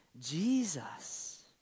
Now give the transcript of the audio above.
Jesus